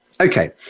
Okay